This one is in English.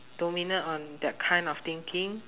dominant on that kind of thinking